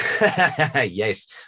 Yes